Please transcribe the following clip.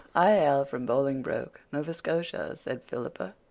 i hail from bolingbroke, nova scotia, said philippa.